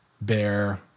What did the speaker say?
bear